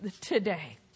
today